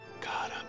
God